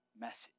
message